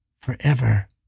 forever